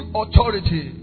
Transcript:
authority